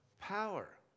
Power